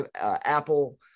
Apple